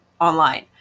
online